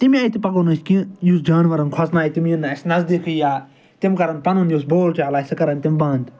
تَمہِ آیہِ تہِ پَکو نہٕ أسۍ کہِ یُس جانوَرَن کھوٚژنایہِ تِم یِن نہٕ اَسہِ نَزدیکھے یا تِم کَرَن پَنُن یُس بول چال آسہِ سُہ کَرَن تِم بند